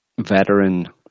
Veteran